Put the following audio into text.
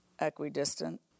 equidistant